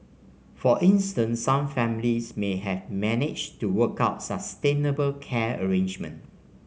for instance some families may have managed to work out sustainable care arrangement